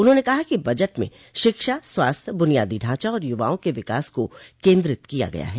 उन्होंने कहा कि बजट में शिक्षा स्वास्थ्य बुनियादी ढांचा और यूवाओं के विकास को केन्द्रित किया गया है